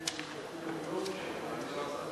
למרות שהתכוונתי להשיב לו,